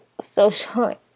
social